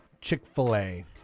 Chick-fil-A